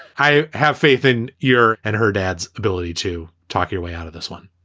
i have faith in your and her dad's ability to talk your way out of this one